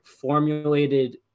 formulated